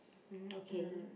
um okay